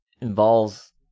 involves